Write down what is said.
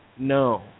No